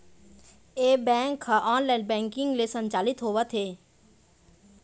ए bank ह online banking ले संचालित होवत हे